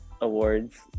awards